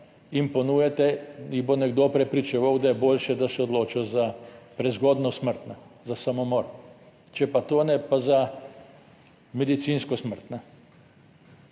jim ponujate, jih bo nekdo prepričeval, da je boljše, da se odločijo za prezgodnjo smrt, za samomor. Če pa to ne, pa za medicinsko smrt.